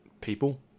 people